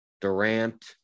Durant